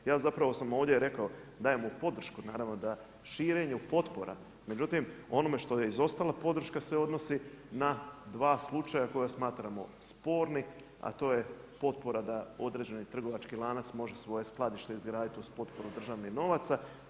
Ja sam zapravo ovdje rekao dajemo podršku naravno da širenju potpora međutim, onome što je izostala podrška se odnosi na 2 slučaja koja smatramo spornim, a to je potpora da određeni trgovački lanac može svoje skladište izgraditi uz potporu državnih novaca.